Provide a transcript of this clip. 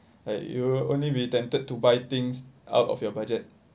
like you will only be tempted to buy things out of your budget